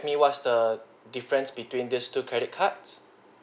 me what's the difference between these two credit cards